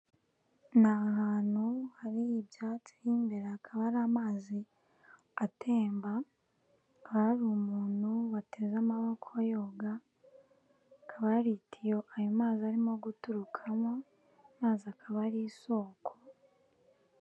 Ni ahantu hari ibyatsi, imbere hakaba hari amazi atemba, hakaba hari umuntu wateze amaboko yoga, hakaba hari itiyo ayo mazi arimo guturukamo, amazi akaba ari isoko.